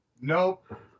nope